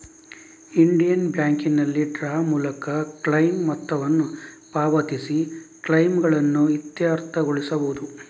Indian ಬ್ಯಾಂಕಿನಲ್ಲಿ draft ಮೂಲಕ claim ಮೊತ್ತವನ್ನು ಪಾವತಿಸಿ ಕ್ಲೈಮುಗಳನ್ನು ಇತ್ಯರ್ಥಗೊಳಿಸಬಹುದು